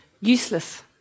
Useless